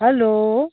hello